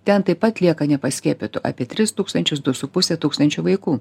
ten taip pat lieka nepaskiepytų apie tris tūkstančius du su puse tūkstančio vaikų